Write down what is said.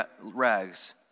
rags